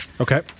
Okay